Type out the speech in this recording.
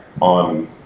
on